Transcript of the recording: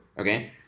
okay